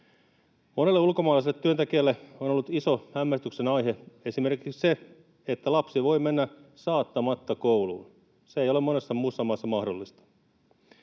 Monelle ulkomaalaiselle työntekijälle on ollut iso hämmästyksen aihe esimerkiksi se, että lapsi voi mennä saattamatta kouluun. Se ei ole monessa muussa maassa mahdollista.